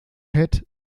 hat